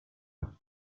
lotus